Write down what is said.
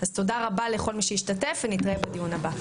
תודה לכל מי שהשתתף, ונתראה בדיון הבא.